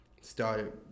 started